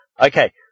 Okay